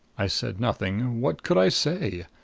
i said nothing. what could i say?